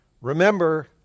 Remember